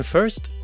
First